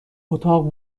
اتاق